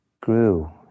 grew